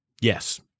Yes